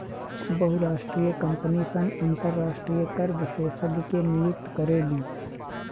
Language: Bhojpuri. बहुराष्ट्रीय कंपनी सन अंतरराष्ट्रीय कर विशेषज्ञ के नियुक्त करेली